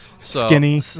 Skinny